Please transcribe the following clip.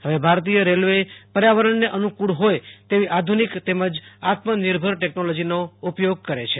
હવે ભારતીય રેલ્વે પર્યાવરણને અનુકુળ હોય તેવી આધુનિક તેમજ આત્મનિર્ભર ટેકનોલોજીનો ઉપયોગ કરે છે